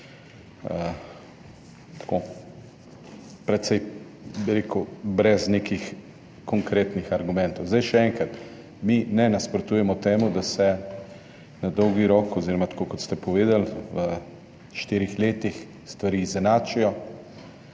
tako, precej brez nekih konkretnih argumentov. Še enkrat, mi ne nasprotujemo temu, da se na dolgi rok oziroma, tako kot ste povedali, v štirih letih stvari izenačijo,